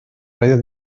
radio